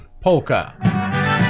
polka